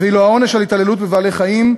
ואילו העונש על התעללות בבעלי-חיים,